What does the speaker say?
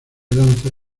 danza